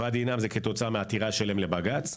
ואדי נאם זה כתוצאה מעתירה שלהם לבג"ץ.